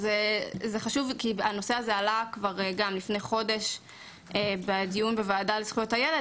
זה חשוב כי הנושא הזה עלה לפני חודש בדיון בוועדה על זכויות הילד.